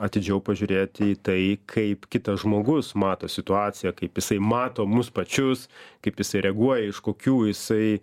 atidžiau pažiūrėti į tai kaip kitas žmogus mato situaciją kaip jisai mato mus pačius kaip jisai reaguoja iš kokių jisai